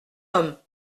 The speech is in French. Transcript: homme